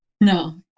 no